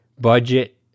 budget